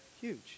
huge